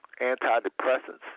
antidepressants